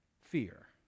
fear